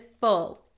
full